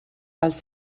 els